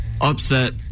Upset